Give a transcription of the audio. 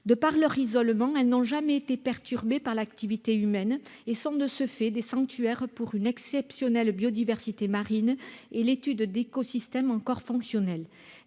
de par leur isolement, elles n'ont jamais été perturbées par l'activité humaine et sont de ce fait des sanctuaires pour une exceptionnelle biodiversité marine et l'étude d'écosystèmes encore fonctionnel